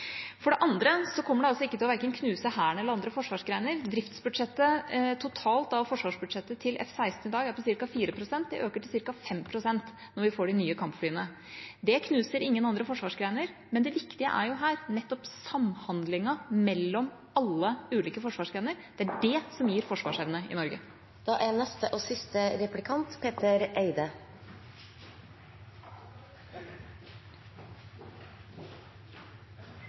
For det andre kommer det ikke til å knuse verken Hæren eller andre forsvarsgrener. Driftsbudsjettet totalt av forsvarsbudsjettet til F-16 i dag er på ca. 4 pst. Det øker til ca. 5 pst. når vi får de nye kampflyene. Det knuser ingen andre forsvarsgreiner, men det viktige er her nettopp samhandlingen mellom alle ulike forsvarsgrener. Det er det som gir forsvarsevne i Norge. Med fare for at det er